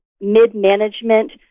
mid-management